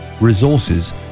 resources